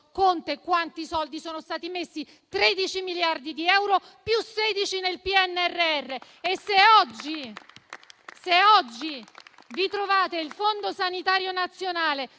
Governo Conte sono stati messi 13 miliardi di euro più 16 nel PNRR e se oggi vi trovate il Fondo sanitario nazionale